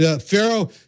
Pharaoh